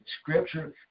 Scripture